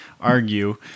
argue